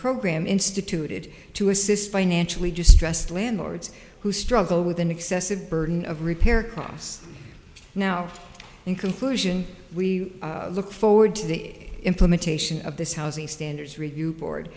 program instituted to assist financially distressed landlords who struggle with an excessive burden of repair costs now in conclusion we look forward to the implementation of this housing standards review board